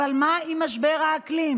אבל מה עם משבר האקלים?